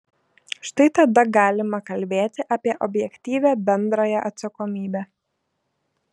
štai tada galima kalbėti apie objektyvią bendrąją atsakomybę